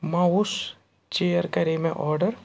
mouse chair کَرے مےٚ order